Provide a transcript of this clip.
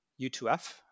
U2F